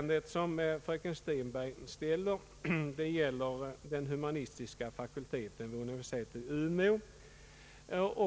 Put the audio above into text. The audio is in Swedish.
Det tredje yrkandet gäller humanistiska fakulteten vid universitetet i Umeå.